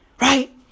Right